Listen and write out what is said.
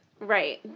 Right